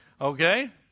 Okay